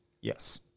Yes